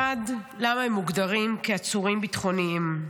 1. למה הם מוגדרים כעצורים ביטחוניים?